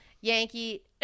Yankee